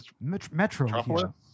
Metro